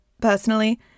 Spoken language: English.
personally